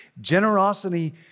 Generosity